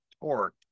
torque